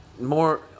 more